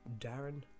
darren